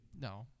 No